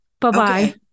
Bye-bye